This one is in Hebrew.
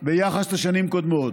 ביחס לשנים קודמות.